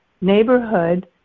neighborhood